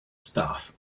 staff